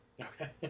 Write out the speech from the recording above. Okay